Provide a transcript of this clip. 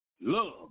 love